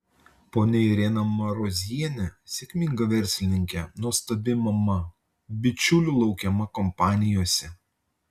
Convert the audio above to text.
ponia irena marozienė sėkminga verslininkė nuostabi mama bičiulių laukiama kompanijose